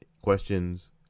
questions